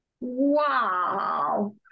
Wow